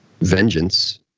vengeance